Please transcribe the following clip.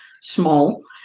small